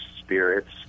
spirits